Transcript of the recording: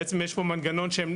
בעצם יש פה מנגנון שהוא ---.